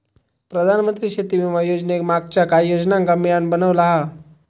प्रधानमंत्री शेती विमा योजनेक मागच्या काहि योजनांका मिळान बनवला हा